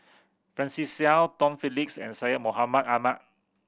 Francis Seow Tom Phillips and Syed Mohamed Ahmed